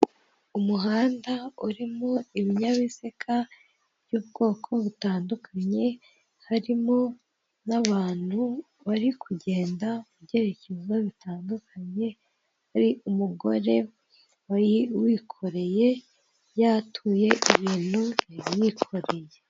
Umuhanda urimo ibinyabiziga by'ubwoko butandukanye, harimo n'abantu bari kugenda mu byerekezo bitandukanye, hari umugore wari wikoreye, yatuye ibintu yari yikoreye.